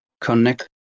Connect